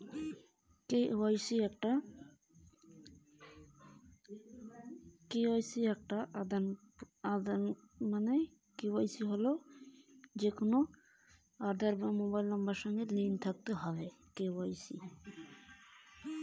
KYC কী?